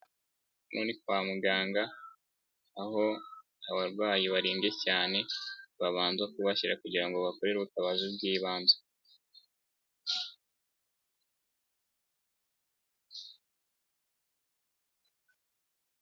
Hano ni kwa muganga aho abarwayi barembye cyane babanza kubashyira kugira ngo bakorerwe ubutabazi bw'ibanze.